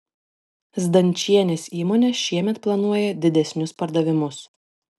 zdančienės įmonė šiemet planuoja didesnius pardavimus